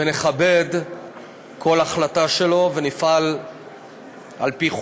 ולכבד כל החלטה שלו ונפעל על-פי חוק.